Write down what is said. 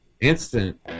instant